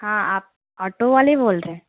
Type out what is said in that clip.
ہاں آپ آٹو والے بول رہے ہیں